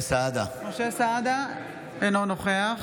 סעדה, אינו נוכח